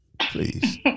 please